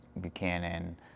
Buchanan